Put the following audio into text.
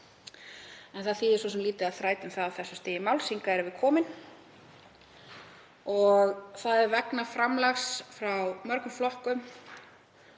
En það þýðir svo sem lítið að þrasa um það á þessu stigi máls. Hingað erum við komin. Það er vegna framlags frá mörgum flokkum,